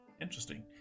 Interesting